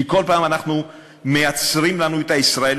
כי כל פעם אנחנו מייצרים לנו את הישראלי,